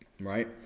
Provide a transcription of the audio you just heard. right